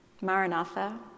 Maranatha